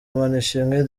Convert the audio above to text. manishimwe